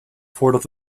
voordat